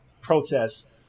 protests